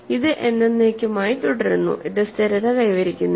ഇത് എന്നെന്നേക്കുമായി തുടരുന്നു ഇത് സ്ഥിരത കൈവരിക്കുന്നില്ല